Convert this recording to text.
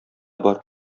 бар